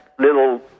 little